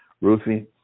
Ruthie